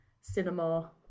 cinema